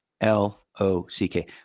L-O-C-K